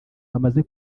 hamaze